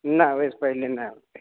नहि ओहिसे पहिले नहि होतै